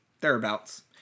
Thereabouts